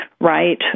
right